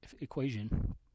equation